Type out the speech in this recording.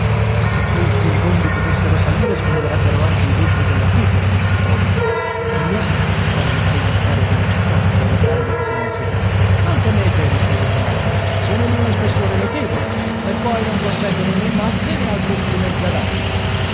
se quei furibondi potessero salire sfonderebbero anche i vetri della cupola disse toby che riescano a fracassare le pareti di ferro della città chiese brandok con ansietà non temete rispose jao sono di uno spessore notevole e poi non posseggono né mazze né altri strumenti adatti